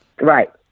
Right